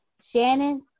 Shannon